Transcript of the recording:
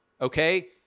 okay